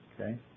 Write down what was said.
Okay